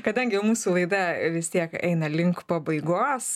kadangi jau mūsų laida vis tiek eina link pabaigos